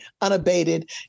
unabated